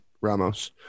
Ramos